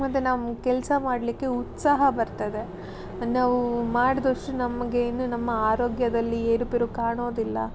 ಮತ್ತು ನಾವು ಕೆಲಸ ಮಾಡಲಿಕ್ಕೆ ಉತ್ಸಾಹ ಬರ್ತದೆ ನಾವು ಮಾಡಿದಷ್ಟು ನಮಗೆ ಏನು ನಮ್ಮ ಆರೋಗ್ಯದಲ್ಲಿ ಏರುಪೇರು ಕಾಣೋದಿಲ್ಲ